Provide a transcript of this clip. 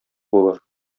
булыр